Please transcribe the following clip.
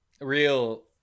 Real